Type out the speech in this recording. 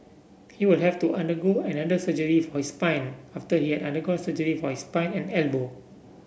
he will have to undergo another surgery for his spine after he had undergone surgery for his spine and elbow